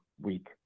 week